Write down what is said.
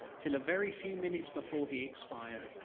till a very few minutes before he expired.